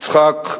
יצחק,